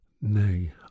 nay